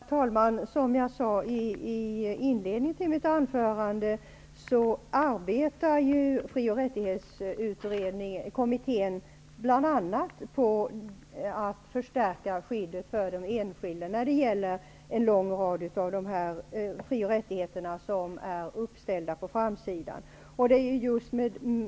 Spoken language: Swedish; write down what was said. Herr talman! I inledningen av mitt anförande sade jag att kommittén för fri och rättigheter arbetar på att bl.a. förstärka skyddet för den enskilde när det gäller en lång rad av de fri och rättigheter som är uppställda på framsidan av betänkandet.